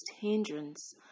hindrance